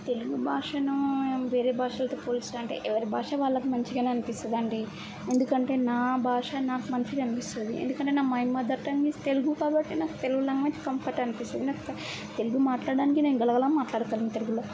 తెలుగు భాషను వేరే భాషలతో పోలిస్తే అంటే ఎవరి భాష వాళ్ళకి మంచిగానే అనిపిస్తుంది అండీ ఎందుకంటే నా భాష నాకు మంచిది అనిపిస్తుంది ఎందుకంటే నా my mother tongue is Telugu కాబట్టి నాకు తెలుగు లాంగ్వేజ్ కంఫర్ట్ అనిపిస్తుంది నాకు తెలుగు మాట్లాడడానికి నేను గలగలా మాట్లాడగలుగుతాను తెలుగులో